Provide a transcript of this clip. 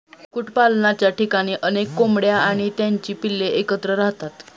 कुक्कुटपालनाच्या ठिकाणी अनेक कोंबड्या आणि त्यांची पिल्ले एकत्र राहतात